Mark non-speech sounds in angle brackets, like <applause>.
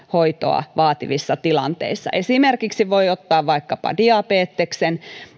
<unintelligible> hoitoa vaativissa tilanteissa esimerkiksi voi ottaa vaikkapa diabeteksen